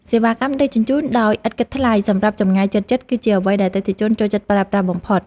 សេវាកម្មដឹកជញ្ជូនដោយឥតគិតថ្លៃសម្រាប់ចម្ងាយជិតៗ គឺជាអ្វីដែលអតិថិជនចូលចិត្តប្រើប្រាស់បំផុត។